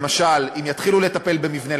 למשל אם יתחילו לטפל במבנה,